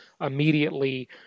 immediately